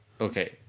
okay